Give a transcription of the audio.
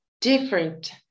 different